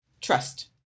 trust